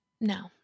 No